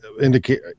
indicate